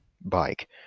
Bike